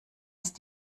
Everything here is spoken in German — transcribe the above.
ist